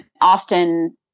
often